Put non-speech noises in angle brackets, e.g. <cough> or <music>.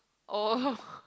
oh <laughs>